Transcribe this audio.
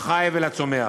לחי ולצומח.